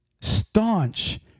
Staunch